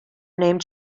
named